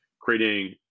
creating